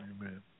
Amen